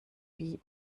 wie